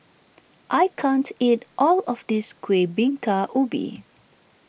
I can't eat all of this Kueh Bingka Ubi